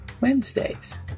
Wednesdays